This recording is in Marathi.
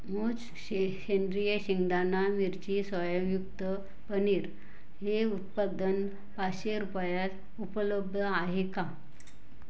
मूज शे सेंद्रिय शेंगदाणा मिरची सोयायुक्त पनीर हे उत्पादन पाचशे रुपयात उपलब्ध आहे का